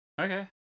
Okay